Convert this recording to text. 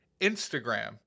Instagram